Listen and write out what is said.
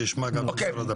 שישמע גם את משרד הפנים.